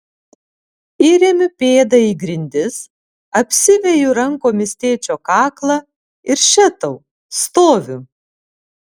įremiu pėdą į grindis apsiveju rankomis tėčio kaklą ir še tau stoviu